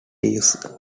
leaves